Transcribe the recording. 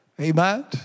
Amen